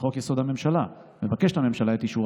לחוק-יסוד: הממשלה מבקשת הממשלה את אישורה